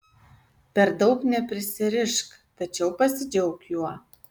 per daug neprisirišk tačiau pasidžiauk juo